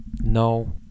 No